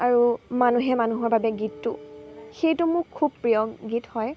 আৰু মানুহে মানুহৰ বাবে গীতটো সেইটো মোৰ খুব প্ৰিয় গীত হয়